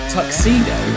Tuxedo